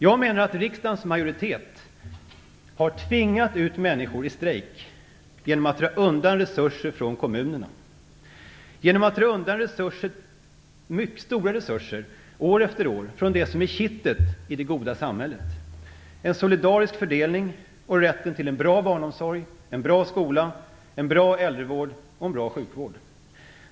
Jag menar att riksdagens majoritet har tvingat ut människor i strejk genom att dra undan resurser från kommunerna, genom att dra undan mycket stora resurser, år efter år, från det som är kittet i det goda samhället: en solidarisk fördelning, rätten till en bra barnomsorg, en bra skola, en bra äldrevård och en bra sjukvård.